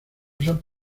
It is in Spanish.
usan